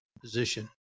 position